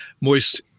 Moist